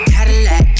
Cadillac